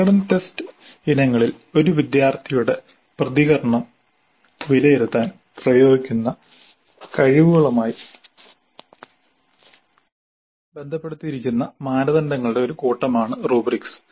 പ്രകടന ടെസ്റ്റ് ഇനങ്ങളിൽ ഒരു വിദ്യാർത്ഥിയുടെ പ്രതികരണം വിലയിരുത്താൻ ഉപയോഗിക്കുന്ന കഴിവുകളുമായി ബന്ധപ്പെടുത്തിയിരിക്കുന്ന മാനദണ്ഡങ്ങളുടെ ഒരു കൂട്ടമാണ് റുബ്രിക്സ്